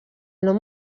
nom